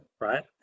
right